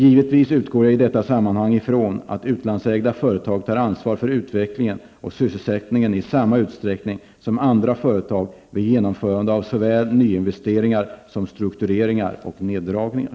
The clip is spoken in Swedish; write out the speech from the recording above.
Givetvis utgår jag i detta sammanhang ifrån att utlandsägda företag tar ansvar för utvecklingen och sysselsättningen i samma utsträckning som andra företag vid genomförande av såväl nyinvesteringar som struktureringar och neddragningar.